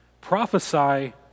prophesy